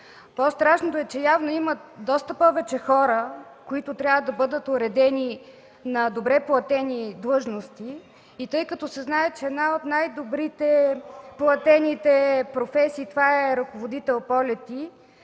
По-страшното е, че явно имат доста повече хора, които трябва да бъдат уредени на добре платени длъжности и тъй като се знае, че една от най-добре платените професии е „ръководител-полети”,